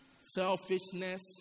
selfishness